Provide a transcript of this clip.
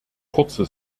kurze